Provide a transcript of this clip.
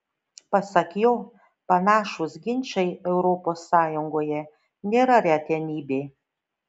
pasak jo panašūs ginčai europos sąjungoje nėra retenybė